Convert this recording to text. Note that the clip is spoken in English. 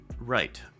Right